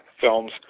films